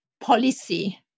policy